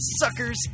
Suckers